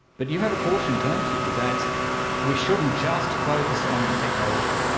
but you have a caution, don't you, that we shouldn't just focus on the technology,